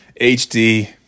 HD